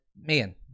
man